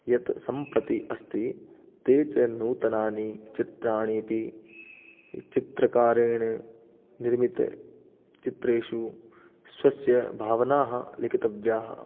यत् सम्प्रति अस्ति ते च नूतनानि चित्राणि अपि चित्रकारेण निर्मितचित्रेषु स्वस्य भावनाः लिखितव्याः